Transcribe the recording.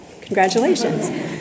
Congratulations